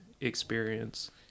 experience